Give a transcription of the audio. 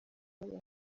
bafite